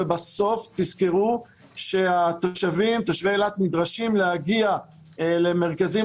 ובסוף תזכרו שתושבי אילת נדרשים להגיע למרכזים